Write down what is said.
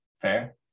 Fair